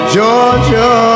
Georgia